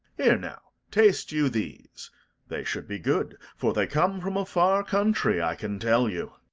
here now, taste you these they should be good, for they come from a far country, i can tell you.